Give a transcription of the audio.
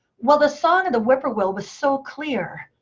well, the song of the whippoorwill was so clear,